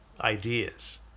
ideas